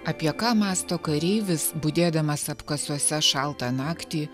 apie ką mąsto kareivis budėdamas apkasuose šaltą naktį